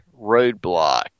roadblock